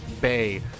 Bay